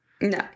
No